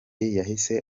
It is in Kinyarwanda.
yahise